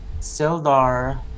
Sildar